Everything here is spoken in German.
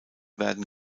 werden